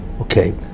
Okay